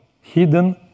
hidden